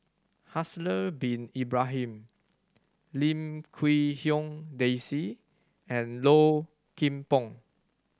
Haslir Bin Ibrahim Lim Quee Hong Daisy and Low Kim Pong